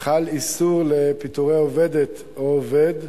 חל איסור על פיטורי עובדת או עובד,